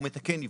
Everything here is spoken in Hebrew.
הוא מתקן עיוות.